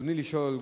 רצוני לשאול,